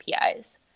APIs